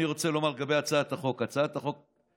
אני רוצה לומר לגבי הצעת החוק: הצעת החוק באה,